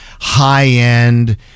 high-end